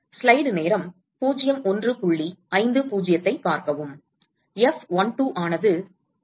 F12 ஆனது 1 ஆக இருக்கும்